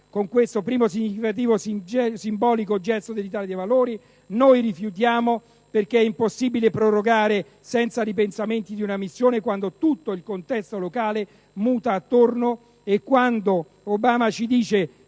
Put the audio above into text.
con questo primo significativo e simbolico gesto dell'Italia dei Valori, noi rifiutiamo, perché è impossibile prorogare senza ripensamenti una missione quando tutto il contesto locale muta attorno e quando Obama ci dice